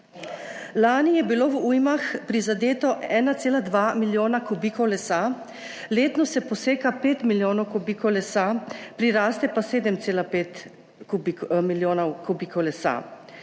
Lani je bilo v ujmah prizadeto 1,2 milijona kubikov lesa. Letno se poseka 5 milijonov kubikov lesa, priraste pa 7,5 milijonov kubikov lesa.